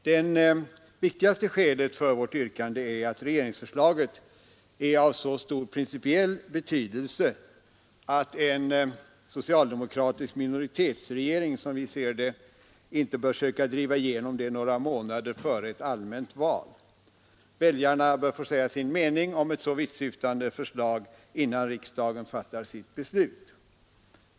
Det viktigaste skälet för vårt yrkande är att regeringsförslaget är av så stor principiell betydelse att en socialdemokratisk minoritetsregering, som vi ser det, inte bör söka driva igenom det några månader före ett allmänt val. Väljarna bör få säga sin mening om ett så vittsyftande förslag innan riksdagen fattar sitt beslut.